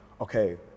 okay